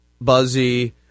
Buzzy